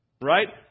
right